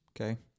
Okay